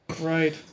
right